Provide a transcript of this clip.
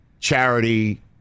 charity